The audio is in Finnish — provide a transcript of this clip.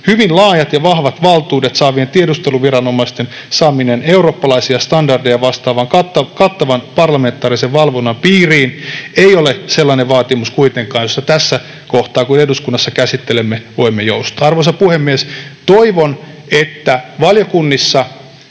Hyvin laajat ja vahvat valtuudet saavien tiedusteluviranomaisten saaminen eurooppalaisia standardeja vastaavan kattavan parlamentaarisen valvonnan piiriin ei kuitenkaan ole sellainen vaatimus, josta tässä kohtaa, kun eduskunnassa asiaa käsittelemme, voimme joustaa. Arvoisa puhemies! Toivon, että valiokunnissa